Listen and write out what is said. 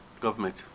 Government